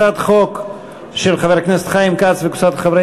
הצעת החוק של חבר הכנסת חיים כץ וקבוצת חברי